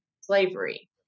slavery